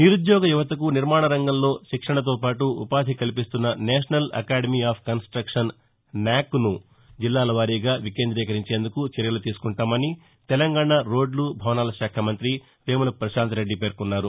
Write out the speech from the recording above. నిరుద్యోగ యువతకు నిర్మాణ రంగంలో శిక్షణతో పాటు ఉపాధి కల్పిస్తున్న national academy of construction NAC ను జిల్లాలవారీగా వికేంద్రీకరించేందుకు చర్యలు తీసుకుంటామని తెలంగాణ రోడ్లు భవనాల శాఖ మంత్రి వేముల ప్రశాంత్రెడ్డి పేర్కొన్నారు